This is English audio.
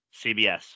CBS